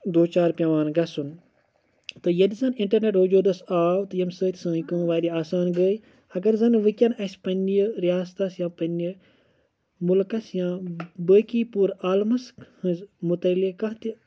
دو چار پٮ۪وان گَژھُن تہٕ ییٚلہِ زن اِنٹرنٮ۪ٹ وجوٗدس آو تہٕ ییٚمہِ سۭتۍ سٲنۍ کٲم واریاہ آسان گٔے اگر زن وٕکٮ۪ن اَسہِ پنٛنہِ رِیاستَس یا پنٛنہِ ملکَس یا بٲقی پوٗرٕ عالمس ہٕنٛز متعلق کانٛہہ تہِ